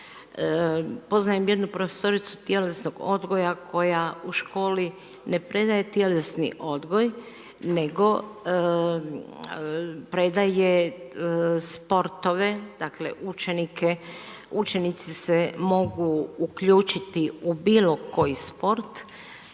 Poznajem jednu profesoricu tjelesnog odgoja koja u školi ne predaje tjelesni odgoj nego predaje sportove, dakle učenici se mogu uključiti u bilo koji sport.